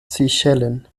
seychellen